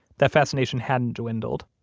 that fascination hadn't dwindled.